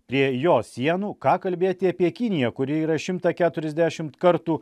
prie jos sienų ką kalbėti apie kiniją kuri yra šimtą keturiasdešimt kartų